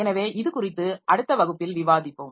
எனவே இது குறித்து அடுத்த வகுப்பில் விவாதிப்போம்